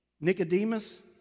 Nicodemus